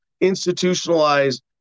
institutionalized